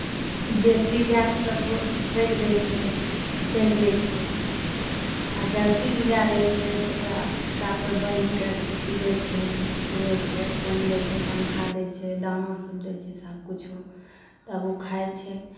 देशी गाइके कतहु ठोकि दै छै चरि लै छै आओर जर्सी जे गाइ रहै छै तऽ ओकरा खुटापर बान्हि कऽ खिअबै छै पिअबै छै पानि दै छै पँखा दै छै दानासब दै छै सबकिछु तब ओ खाइ छै